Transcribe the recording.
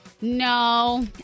No